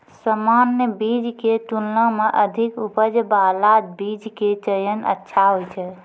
सामान्य बीज के तुलना मॅ अधिक उपज बाला बीज के चयन अच्छा होय छै